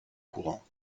courant